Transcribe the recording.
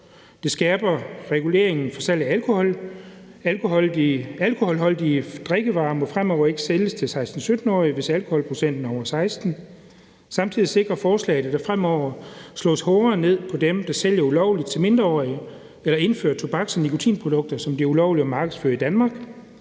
Det skærper reguleringen af salg af alkohol. Alkoholholdige drikkevarer må fremover ikke sælges til 16-17-årige, hvis alkoholprocenten er over 16. Samtidig sikrer forslaget, at der fremover slås hårdere ned på dem, der sælger ulovligt til mindreårige eller indfører tobaks- og nikotinprodukter, som det er ulovligt at markedsføre i Danmark.